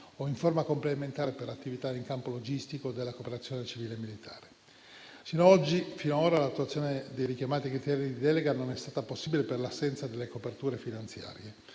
o, in forma complementare, per le attività in campo logistico della cooperazione civile e militare. Fino a oggi, l'attuazione di richiamati criteri di delega non è stata possibile per l'assenza delle coperture finanziarie.